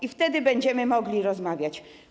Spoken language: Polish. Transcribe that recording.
I wtedy będziemy mogli rozmawiać.